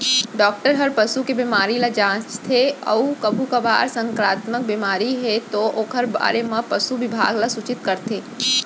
doctor हर पसू के बेमारी ल जांचथे अउ कभू संकरामक बेमारी हे तौ ओकर बारे म पसु बिभाग ल सूचित करथे